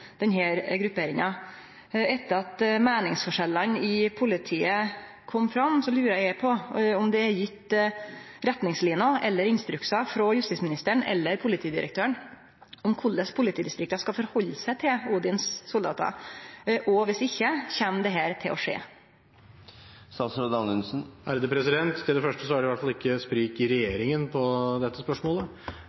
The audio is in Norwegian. grupperinga. Etter at meiningsforskjellane i politiet kom fram, lurer eg på om det er gitt retningslinjer eller instruksar frå justisministeren eller politidirektøren om korleis politidistrikta skal stille seg til Odins soldater. Viss ikkje, kjem det til å skje? Til det første: Det er i hvert fall ikke noe sprik i regjeringen når det gjelder dette spørsmålet.